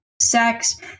sex